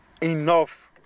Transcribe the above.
enough